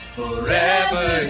forever